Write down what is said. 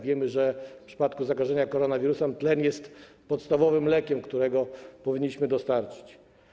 Wiemy, że w przypadku zakażenia koronawirusem tlen jest podstawowym lekiem, którego powinniśmy dostarczyć.